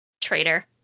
traitor